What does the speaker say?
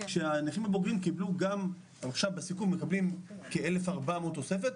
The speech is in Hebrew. כשהאנשים הבוגרים מקבלים עכשיו בסיכום כ-1,400 תוספת,